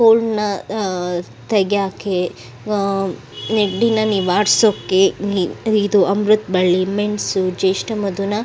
ಕೋಲ್ಡನ್ನು ತೆಗ್ಯೋಕ್ಕೆ ನೆಗಡಿನ ನಿವಾರಿಸೋಕ್ಕೆ ಇದು ಅಮೃತ ಬಳ್ಳಿ ಮೆಣಸು ಜ್ಯೇಷ್ಠ ಮಧುನಾ